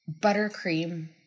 Buttercream